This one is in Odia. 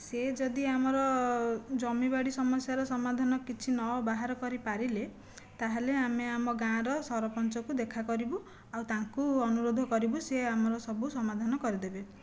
ସେ ଯଦି ଆମର ଜମି ବାଡ଼ି ସମସ୍ୟାର ସମାଧାନ କିଛି ନ ବାହାର କରିପାରିଲେ ତାହେଲେ ଆମେ ଆମ ଗାଁର ସରପଞ୍ଚଙ୍କୁ ଦେଖା କରିବୁ ଆଉ ତାଙ୍କ ଅନୁରୋଧ କରିବୁ ସିଏ ଆମର ସବୁ ସମାଧାନ କରିଦେବେ